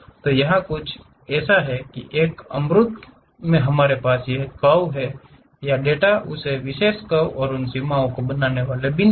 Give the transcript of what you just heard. तो यहाँ कुछ ऐसा है एक अमूर्त में हमारे पास यह कर्व है या डेटा उस विशेष कर्व और उन सीमाओं को बनाने वाले बिंदु हैं